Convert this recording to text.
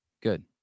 Good